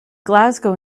glasgow